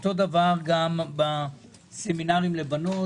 אותו דבר גם בסמינרים לבנות,